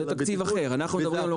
תקציב אחר; אנחנו מדברים על מוקדי הסיכון.